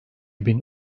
bin